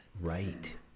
Right